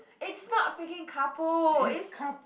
it's not freaking couple it's